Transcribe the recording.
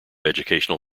educational